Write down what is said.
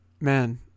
Man